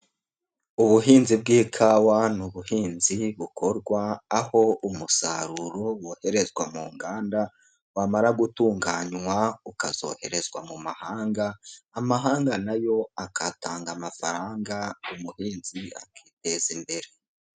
Ubuhinzi bw'ikawa n'ubuhinzi bukorwa, aho umusaruro woherezwa mu nganda, wamara gutunganywa ukazoherezwa mu mahanga, amahanga nayo agatanga amafaranga, umuhinzi akiteza imbere.